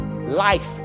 life